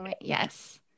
yes